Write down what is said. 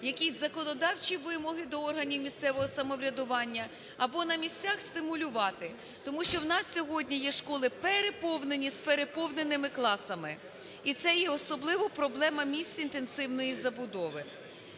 якісь законодавчі вимоги до органів місцевого самоврядування, або на місцях стимулювати, тому що у нас сьогодні є школи переповнені, з переповненими класами. І це є особливо проблема місць інтенсивної забудови.